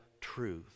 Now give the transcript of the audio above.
truth